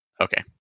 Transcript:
Okay